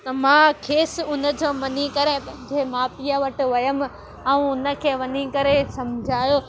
त मां खेसि हुनजो मञी करे मुंहिंजे माउ पीउ वटि वियमि ऐं हुनखे वञी करे समुझायो